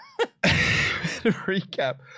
Recap